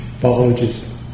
biologist